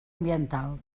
ambiental